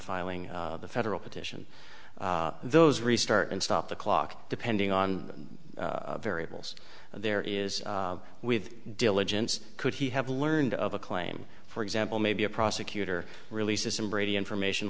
filing the federal petition those restart and stop the clock depending on variables there is with diligence could he have learned of a claim for example maybe a prosecutor releases and brady information